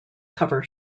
cover